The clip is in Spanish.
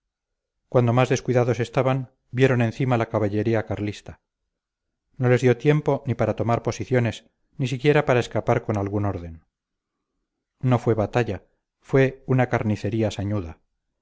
cuando más descuidados estaban vieron encima la caballería carlista no les dio tiempo ni para tomar posiciones ni siquiera para escapar con algún orden no fue batalla fue una carnicería sañuda